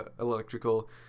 electrical